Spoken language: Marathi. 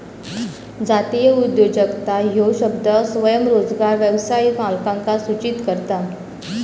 जातीय उद्योजकता ह्यो शब्द स्वयंरोजगार व्यवसाय मालकांका सूचित करता